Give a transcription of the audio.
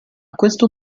questo